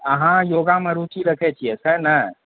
अहाँ योगामे रूचि रखै छियै स्याह ने